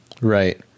Right